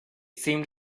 seemed